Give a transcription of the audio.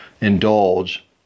indulge